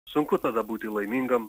sunku tada būti laimingam